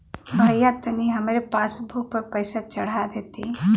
भईया तनि हमरे पासबुक पर पैसा चढ़ा देती